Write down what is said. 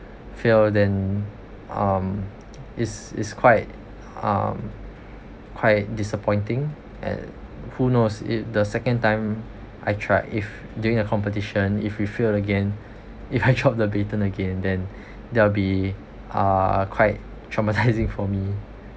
fear then um is is quite um quite disappointing and who knows if the second time I try if during a competition if we fail again if I drop the baton again then that will be uh quite traumatizing for me